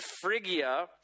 Phrygia